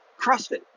CrossFit